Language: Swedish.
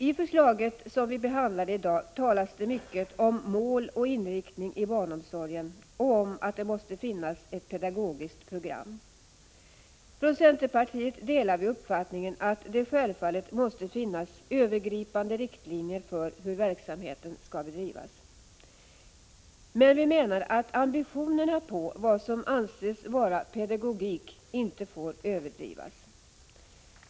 I förslaget som vi behandlar i dag talas det mycket om mål och inriktning i barnomsorgen och om att det måste finnas ett pedagogiskt program. Från centerpartiet delar vi uppfattningen att det måste finnas övergripande riktlinjer för hur verksamheten skall bedrivas. Men vi menar att ambitionerna på vad som anses vara pedagogik inte får överdrivas.